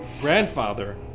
grandfather